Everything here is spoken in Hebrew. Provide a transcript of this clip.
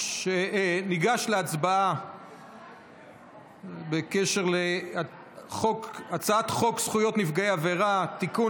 ניגש להצבעה בקשר להצעת חוק זכויות נפגעי עבירה (תיקון,